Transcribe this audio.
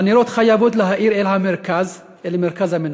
הנרות חייבים להאיר אל המרכז, אל מרכז המנורה.